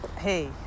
hey